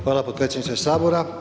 Hvala potpredsjedniče Sabora.